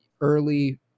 early